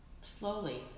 slowly